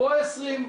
פה עשרים,